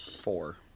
four